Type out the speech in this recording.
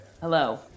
hello